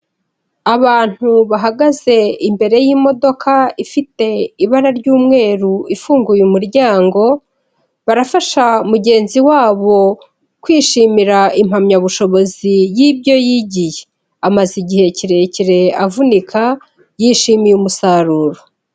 Abantu bahagaze imbere y'imodoka ifite ibara ry'umweru ifunguye umuryango, barafasha mugenzi wabo kwishimira impamyabushobozi y'ibyo yigiye, amaze igihe kirekire avunika yishimiye umusaruro.